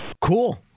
Cool